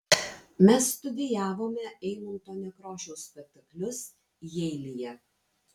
mes studijavome eimunto nekrošiaus spektaklius jeilyje